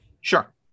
Sure